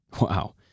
Wow